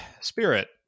spirit